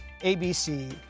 ABC